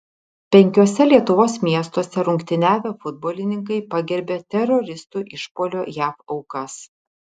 penkiuose lietuvos miestuose rungtyniavę futbolininkai pagerbė teroristų išpuolio jav aukas